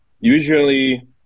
usually